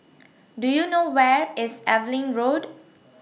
Do YOU know Where IS Evelyn Road